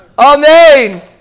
Amen